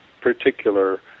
particular